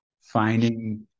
finding